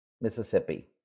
Mississippi